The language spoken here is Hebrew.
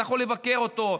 אתה יכול לבקר אותו,